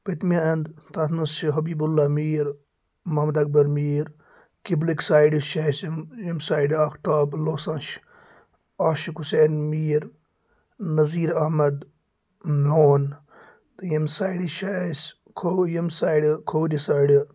پٔتمہِ اَندٕ تَتھ منٛز چھِ حبیب اللہ میٖر محمد اکبر میٖر قبلٕکۍ سایڈس چھِ اسہِ یِم ییٚمہِ سایڈٕ اختاب لوسان چھِ عاشق حُسین میٖر نظیٖر احمد لون تہٕ ییٚمہِ سایڈٕ چھِ اسہِ کھو ییٚمہِ سایڈٕ کھوورِ سایڈٕ